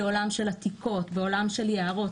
בעולם של עתיקות, בעולם של יערות.